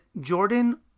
Jordan